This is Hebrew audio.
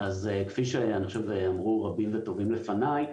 אז כפי שאני חושב אמרו רבים וטובים לפניי,